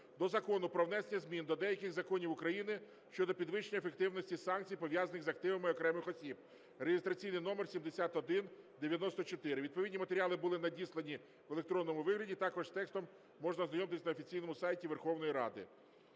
до Закону "Про внесення змін до деяких законів України щодо підвищення ефективності санкцій, пов'язаних з активами окремих осіб" (реєстраційний номер 7194). Відповідні матеріали були надіслані в електронному вигляді, також з текстом можна ознайомитися на офіційному сайті Верховної Ради.